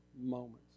moments